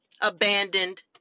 abandoned